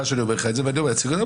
שאני אומר לך להוציא כאלה קנסות.